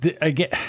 again